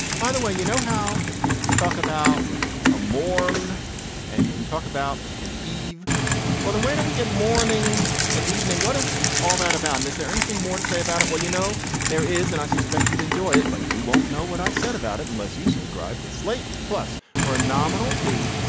by the way you know how you talk about a morn and you can talk about and eve well then where do we get morning and evening what is all that about and is there anything more to say about it. well you know there is and i suspect you'd enjoy it but you won't know what i said about it unless you subscribe to slate plus for a nominal fee.